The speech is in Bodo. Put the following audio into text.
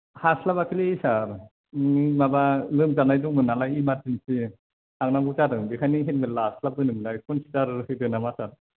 हास्लाबाखैलै सार ओम माबा लोमजानाय दंमोन नालाय इमारजिन्सि थांनांगौ जादों बेखायनो हेलमेट लास्लाबबोनो मोनासै कन्सिदार होदो नामा सार